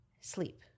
sleep